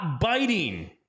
biting